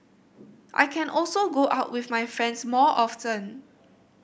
I can also go out with my friends more often